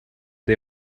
the